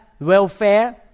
welfare